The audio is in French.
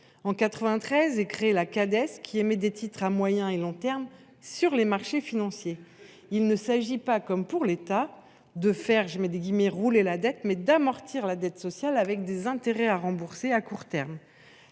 En 1993 est créée la Cades, qui émet des titres à moyen et à long terme sur les marchés financiers. Il s’agit non pas, comme l’État, de faire « rouler la dette », mais d’amortir la dette sociale avec des intérêts à rembourser à court terme.